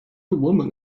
woman